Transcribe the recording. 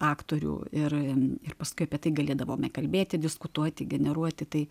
aktorių ir ir paskui apie tai galėdavome kalbėti diskutuoti generuoti tai